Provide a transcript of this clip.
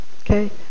Okay